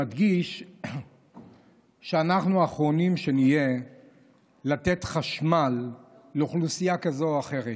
אני מדגיש שאנחנו האחרונים שנהיה נגד לתת חשמל לאוכלוסייה כזו או אחרת,